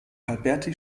alberti